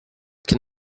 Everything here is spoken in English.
can